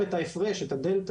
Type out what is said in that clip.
צהריים טובים לכולם,